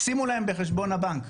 שימו להם בחשבון הבנק,